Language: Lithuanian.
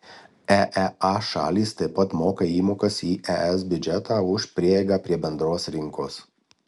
eea šalys taip pat moka įmokas į es biudžetą už prieigą prie bendros rinkos